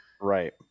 Right